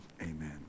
Amen